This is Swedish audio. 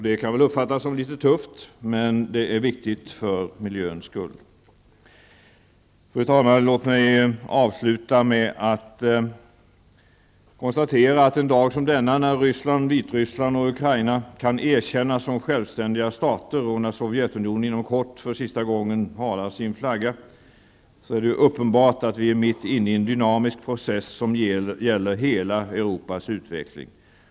Det kan uppfattas som litet tufft, men det är viktigt för miljöns skull. Fru talman! Låt mig avsluta en dag som denna, när Ryssland, Vitryssland och Ukraina kan erkännas som självständiga stater och när Sovjetunionen inom kort för sista gången halar sin flagga, med att konstatera att det är uppenbart att vi är mitt inne i en dynamisk process som gäller hela Europas utveckling.